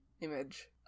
image